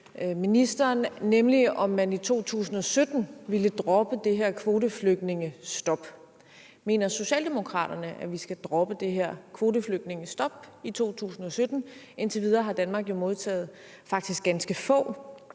ministeren, nemlig om man i 2017 ville droppe det her kvoteflygtningestop. Mener socialdemokraterne, at vi skal droppe det her kvoteflygtningestop i 2017? Indtil videre har Danmark jo modtaget faktisk ganske få